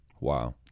Wow